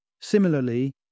Similarly